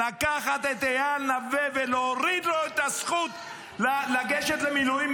לקחת את איל נוה ולהוריד לו את הזכות לגשת למילואים?